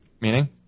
Meaning